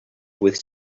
with